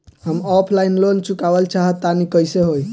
हम offline loan चुकावल चाहऽ तनि कइसे होई?